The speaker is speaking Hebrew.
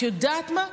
את יודעת מה?